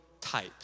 type